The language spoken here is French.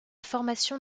formation